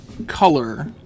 color